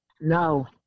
No